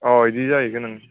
अ इदि जाहैगोन ओं